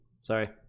sorry